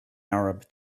arab